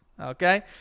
Okay